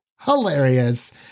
hilarious